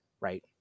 right